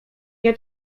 nie